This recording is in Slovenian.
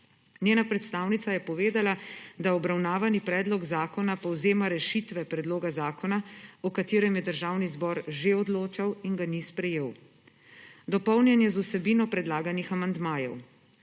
Njena predstavnica je povedala, da obravnavani predlog zakona povzema rešitve predloga zakona, o katerem je Državni zbor že odločal in ga ni sprejel. Dopolnjen je z vsebino predlaganih amandmajev.